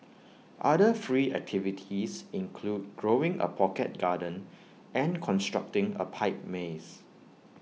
other free activities include growing A pocket garden and constructing A pipe maze